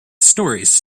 stories